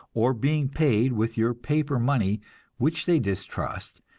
or being paid with your paper money which they distrust,